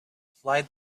slide